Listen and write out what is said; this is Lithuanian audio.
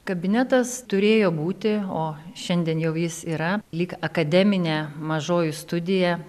kabinetas turėjo būti o šiandien jau jis yra lyg akademinė mažoji studija